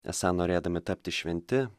esą norėdami tapti šventi